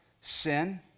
sin